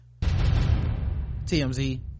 TMZ